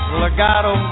legato